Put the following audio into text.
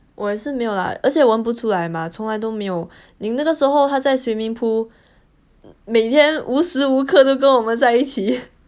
我也是没有 lah 而且闻不出来吗从来都没有你那个时候他在 swimming pool 每天无时无刻都跟我们在一起